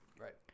Right